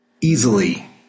easily